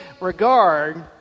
regard